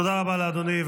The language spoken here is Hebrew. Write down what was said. תודה רבה לאדוני.